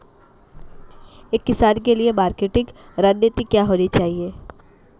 एक किसान के लिए मार्केटिंग रणनीति क्या होनी चाहिए?